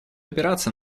опираться